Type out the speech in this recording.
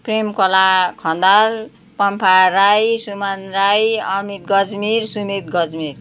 Premkala Khandal Pampha Rai Suman Rai Amit Gajmer Sumit Gajmer